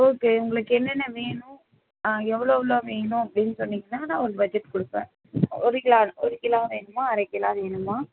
okay உங்களுக்கு என்னென்ன வேணும் ஆ எவ்வளோ எவ்வளோ வேணும் அப்படின்னு சொன்னீங்கனால் நான் ஒரு பட்ஜெட் கொடுப்பேன் ஒரு கிலாே ஒரு கிலாே வேணுமா அரைக் கிலாே வேணுமா